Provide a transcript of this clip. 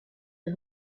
des